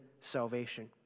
salvation